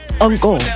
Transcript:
uncle